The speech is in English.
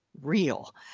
Real